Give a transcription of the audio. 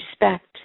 respect